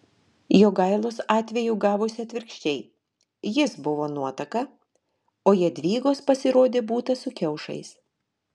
jogailos atveju gavosi atvirkščiai jis buvo nuotaka o jadvygos pasirodė būta su kiaušais